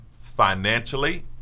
financially